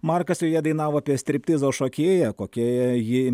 markas joje dainavo apie striptizo šokėją kokia ji